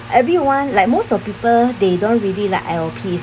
everyone like most of people they don't really like I_O_P